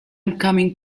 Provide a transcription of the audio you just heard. upcoming